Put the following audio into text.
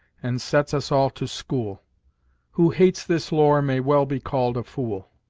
and sets us all to schoole who hates this lore may well be called a foole.